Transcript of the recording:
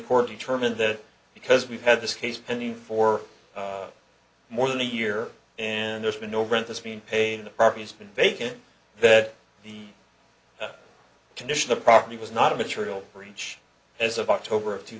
court determined that because we've had this case pending for more than a year and there's been no rent has been paying the properties been vacant that the condition of the property was not a material breach as of october of two